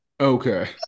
okay